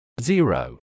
Zero